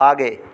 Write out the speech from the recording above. आगे